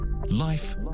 Life